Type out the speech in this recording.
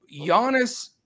Giannis